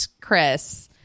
Chris